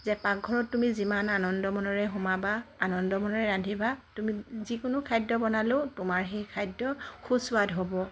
যে পাকঘৰত তুমি যিমান আনন্দমনেৰে সোমাবা আনন্দমনেৰে ৰান্ধিবা তুমি যিকোনো খাদ্য বনালেও তোমাৰ সেই খাদ্য সুস্বাদ হ'ব